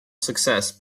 success